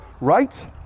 right